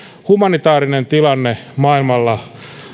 humanitaarinen tilanne maailmalla